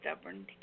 stubborn